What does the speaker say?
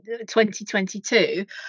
2022